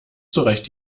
zurecht